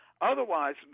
Otherwise